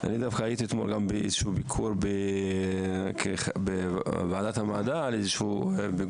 אני דווקא הייתי אתמול באיזה ביקור עם ועדת המדע בגוגל,